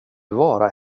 vara